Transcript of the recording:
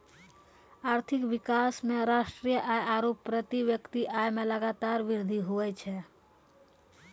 आर्थिक विकास मे राष्ट्रीय आय आरू प्रति व्यक्ति आय मे लगातार वृद्धि हुवै छै